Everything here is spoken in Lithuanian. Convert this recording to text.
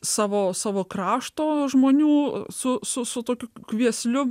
savo savo krašto žmonių su su su tokiu kviesliu